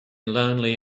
lonely